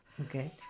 Okay